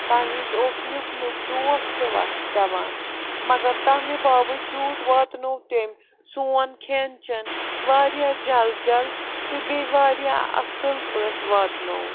تَمہِ وِزِ اوس نیُک نیُک ڈوٹھ تہِ پٮ۪وان مگر تَمہِ باوَجوٗد واتنو تٔمۍ سون کھٮ۪ن چٮ۪ن وارِیاہ جل جل تہٕ بیٚیہِ وارِیاہ اصٕل پٲٹھۍ واتنووُن